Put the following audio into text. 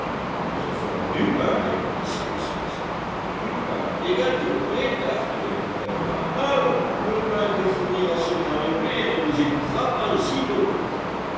nous en ferons du pain répondit cyrus smith du pain des gâteaux des tartes répliqua le marin allons le pain que fournira ce grain de blé ne nous étouffera pas